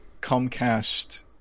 Comcast